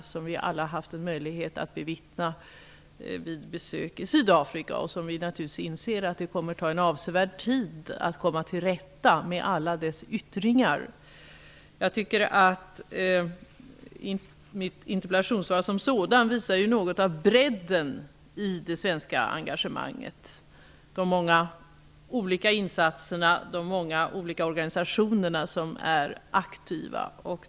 Detta har vi alla här haft en möjlighet att bevittna vid besök i Sydafrika, och vi inser att det naturligtvis kommer att ta en avsevärd tid att komma till rätta med alla dess yttringar. Interpellationssvaret visar något av bredden i det svenska engagemanget, de många olika insatserna och de många organisationer som är aktiva där.